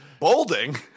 bolding